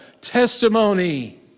Testimony